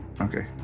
okay